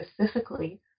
specifically